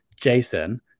Jason